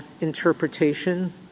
interpretation